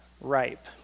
ripe